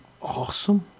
Awesome